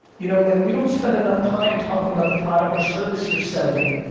you know like we don't spend enough time talking about the product or service you're selling,